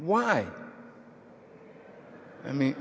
why i mean